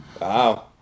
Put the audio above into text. Wow